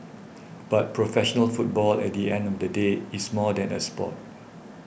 but professional football at the end of the day is more than a sport